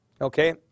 Okay